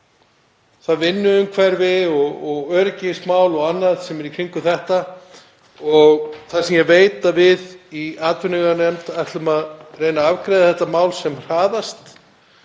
vel vinnuumhverfi og öryggismál og annað sem er í kringum þetta. Þar sem ég veit að við í atvinnuveganefnd ætlum að reyna að afgreiða þetta mál sem hraðast